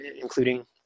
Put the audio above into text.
including